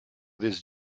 this